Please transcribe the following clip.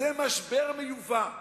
זה משבר מיובא.